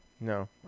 No